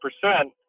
percent